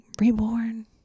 reborn